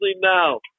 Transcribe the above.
now